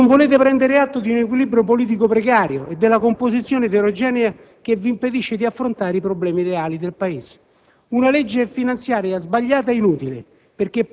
Non volete prendere atto di un equilibrio politico precario e della composizione eterogenea che vi impedisce di affrontare i problemi reali del Paese. Una legge finanziaria sbagliata ed inutile